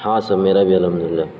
ہاں سر میرا بھی الحمد للہ